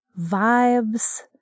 vibes